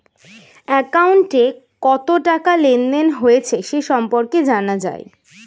অ্যাকাউন্টে কত টাকা লেনদেন হয়েছে সে সম্পর্কে জানা যায়